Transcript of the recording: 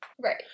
Right